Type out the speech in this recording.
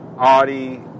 Audi